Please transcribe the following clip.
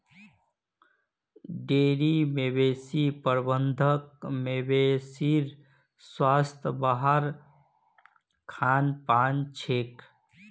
dairy मवेशी प्रबंधत मवेशीर स्वास्थ वहार खान पानत छेक